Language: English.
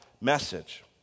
message